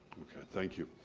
okay, thank you.